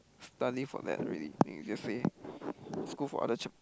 study for that already and he just say just go for other chap~